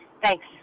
thanks